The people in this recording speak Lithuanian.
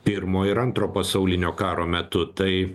pirmo ir antro pasaulinio karo metu tai